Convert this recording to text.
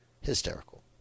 Hysterical